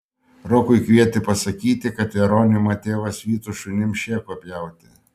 rokui knieti pasakyti kad jeronimą tėvas vytų šunims šėko pjauti